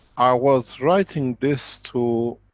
i was writing this to